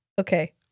okay